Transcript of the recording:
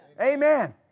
Amen